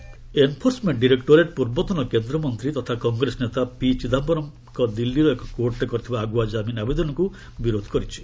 ED Chidambaram enforcement directorate ପୂର୍ବତନ କେନ୍ଦ୍ରମନ୍ତ୍ରୀ ତଥା କଂଗ୍ରେସ ନେତା ପି ଚିଦାମ୍ଘରମ୍ ଦିଲ୍ଲୀର ଏକ କୋର୍ଟରେ କରିଥିବା ଆଗୁଆ ଜାମିନ୍ ଆବେଦନକୁ ବିରୋଧ କରିଛି